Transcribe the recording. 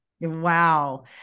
Wow